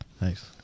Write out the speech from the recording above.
Nice